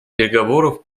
переговоров